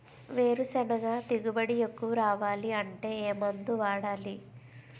వేరుసెనగ దిగుబడి ఎక్కువ రావాలి అంటే ఏ మందు వాడాలి?